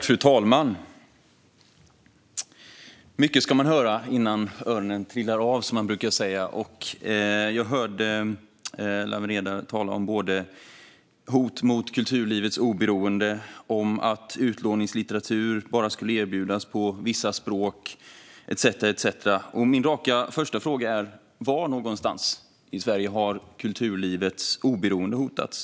Fru talman! Mycket ska man höra innan öronen trillar av, som man brukar säga, och jag hörde Lawen Redar tala om hot mot kulturlivets oberoende, om att utlåningslitteratur bara skulle erbjudas på vissa språk etcetera. Min första raka fråga är: Var någonstans i Sverige har kulturlivets oberoende hotats?